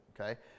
Okay